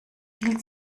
viel